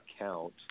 account